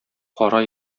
кара